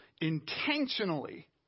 intentionally